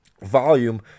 volume